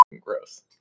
gross